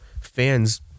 fans